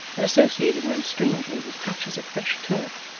and associating them strangely with patches of fresh turf,